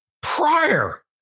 prior